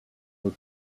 were